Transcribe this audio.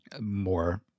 more